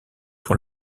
pour